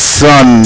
son